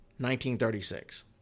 1936